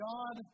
God